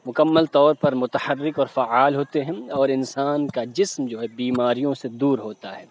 مکمل طور پر متحرک اور فعال ہوتے ہیں اور انسان کا جسم جو ہے بیماریوں سے دور ہوتا ہے